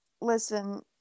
Listen